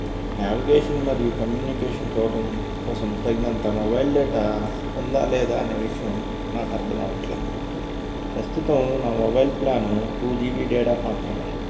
navigation మరియు communication కోసం కోసం తగినంత మొబైల్ డేటా ఉందా లేదా అనే విషయం నాకు అర్థం అవటం లేదు ప్రస్తుతం నా mobile plan two G B data మాత్రమే